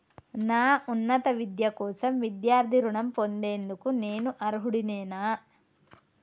నా ఉన్నత విద్య కోసం విద్యార్థి రుణం పొందేందుకు నేను అర్హుడినేనా?